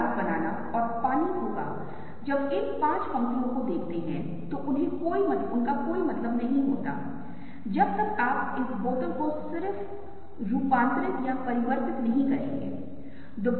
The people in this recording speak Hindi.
शायद यह रेखा दिखती है यहाँ पर यह विशेष रेखा दूसरी रेखा से बड़ी लगती है शायद ये रेखाएँ समानांतर रेखाओं की तरह नहीं दिखती हैं लेकिन ये हैं